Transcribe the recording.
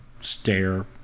stare